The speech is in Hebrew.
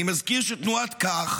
אני מזכיר שתנועת כך